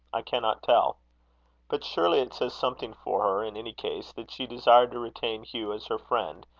i cannot tell but surely it says something for her, in any case, that she desired to retain hugh as her friend,